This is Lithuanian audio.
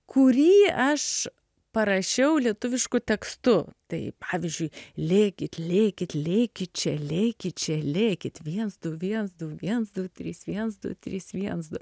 kurį aš parašiau lietuvišku tekstu tai pavyzdžiui lėkit lėkit lėkit čia lėkit čia lėkit viens du viens viens du trys viens du trys viens du